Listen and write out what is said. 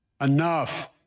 Enough